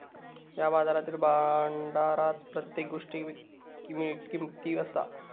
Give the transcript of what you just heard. या बाजारातील भांडारात प्रत्येक गोष्ट किमती असा